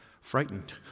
frightened